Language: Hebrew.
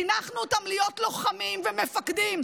חינכנו אותם להיות לוחמים ומפקדים.